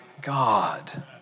God